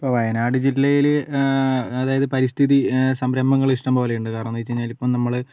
ഇപ്പം വയനാട് ജില്ലയില് അതായത് പരിസ്ഥിതി സംരംഭങ്ങൾ ഇഷ്ടംപോലെ ഉണ്ട് കാരണം എന്ന് വെച്ചാല് ഇപ്പം നമ്മള്